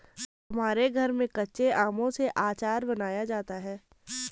हमारे घर में कच्चे आमों से आचार बनाया जाता है